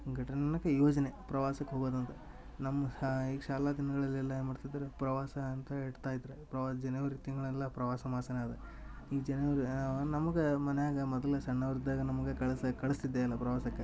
ಘಟನೆ ಅನ್ನಕ ಯೋಜನೆ ಪ್ರವಾಸಕ್ಕೆ ಹೋಗೋದು ಒಂದು ನಮ್ಮ ಈಗ ಶಾಲಾ ದಿನಗಳಲ್ಲೆಲ್ಲ ಏನು ಮಾಡ್ತಿದ್ರ ಪ್ರವಾಸ ಅಂತ ಇಡ್ತಾಯಿದ್ರ ಪ್ರವ ಜನವರಿ ತಿಂಗಳೆಲ್ಲ ಪ್ರವಾಸ ಮಾಸನೆ ಅದು ಈಗ ಜನವರಿ ನಮ್ಗ ಮನ್ಯಾಗ ಮದ್ಲ ಸಣ್ಣವರಿದ್ದಾಗ ನಮ್ಗೆ ಕಳ್ಸ ಕಳ್ಸ್ತಿದ್ದೇದ್ದೆ ಇಲ್ಲ ಪ್ರವಾಸಕ್ಕೆ